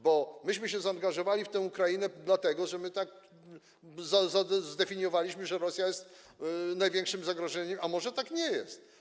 Bo myśmy się zaangażowali w tę Ukrainę dlatego, że my to tak zdefiniowaliśmy, że Rosja jest największym zagrożeniem, a może tak nie jest.